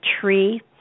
tree